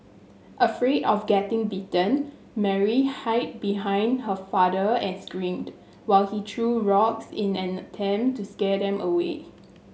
afraid of getting bitten Mary hide behind her father and screamed while he threw rocks in an attempt to scare them away